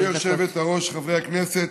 גברתי היושבת-ראש, חברי הכנסת,